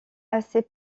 assez